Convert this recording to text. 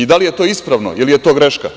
Da li je to ispravno ili je to greška?